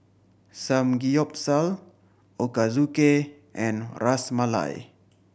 Samgeyopsal Ochazuke and Ras Malai